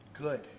good